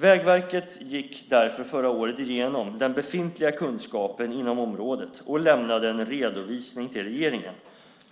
Vägverket gick därför förra året igenom den befintliga kunskapen inom området och lämnade en redovisning till regeringen.